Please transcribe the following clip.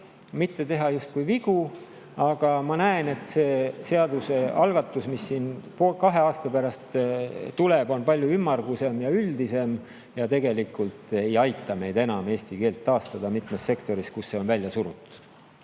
mitte teha vigu, aga ma näen, et see seadusealgatus, mis siin kahe aasta pärast tuleb, on palju ümmargusem ja üldisem ega aita meil enam eesti keelt taastada mitmes sektoris, kust see on välja surutud.